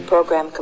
Program